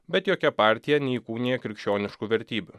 bet jokia partija neįkūnija krikščioniškų vertybių